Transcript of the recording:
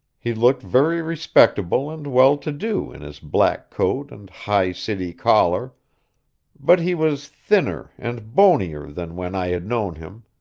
he looked very respectable and well-to-do in his black coat and high city collar but he was thinner and bonier than when i had known him,